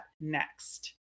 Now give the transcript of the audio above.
next